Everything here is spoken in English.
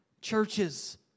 churches